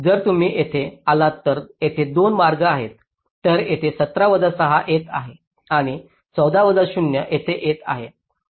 जर तुम्ही येथे आलात तर येथे दोन मार्ग आहेत तर येथे 17 वजा 6 येत आहे आणि 14 वजा 0 येथे येत आहेत